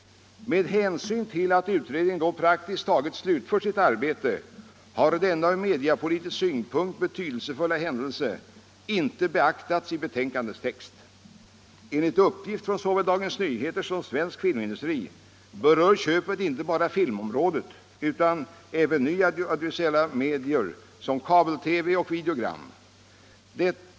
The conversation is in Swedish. Med hänsyn till att utredningen då praktiskt taget slutfört sitt arbete har denna ur mediapolitisk synpunkt betydelsefulla händelse inte beaktats i betänkandets text. Enligt uppgift från såväl Dagens Nyheter som Svensk Filmindustri berör köpet inte bara filmområdet utan även nya audiovisuella medier såsom kabel-TV och videogram.